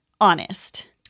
honest